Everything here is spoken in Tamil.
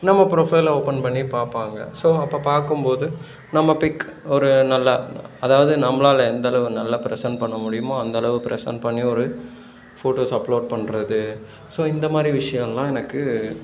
நம்ம ப்ரொஃபைலை ஓப்பன் பண்ணி பார்ப்பாங்க ஸோ அப்போ பார்க்கும் போது நம்ம பிக் ஒரு நல்லா அதாவது நம்பளால் எந்த அளவு நல்லா ப்ரசென்ட் பண்ண முடியுமோ அந்த அளவு ப்ரசென்ட் பண்ணி ஒரு ஃபோட்டோஸ் அப்லோட் பண்ணுறது ஸோ இந்தமாதிரி விஷயம்லாம் எனக்கு